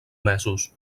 mesos